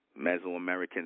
Mesoamerican